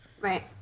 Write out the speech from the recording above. Right